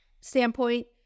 standpoint